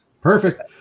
perfect